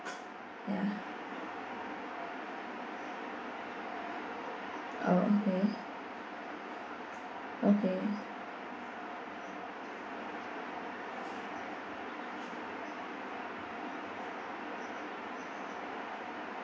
ya oh okay okay